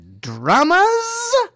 Dramas